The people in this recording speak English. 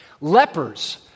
Lepers